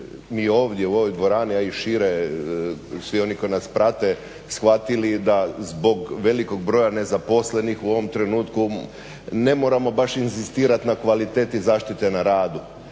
mi ovdje u ovoj dvorani, a i šire svi oni koji nas prate shvatili da zbog velikog broja nezaposlenih u ovom trenutku ne moramo baš inzistirati na kvaliteti zaštite na radu.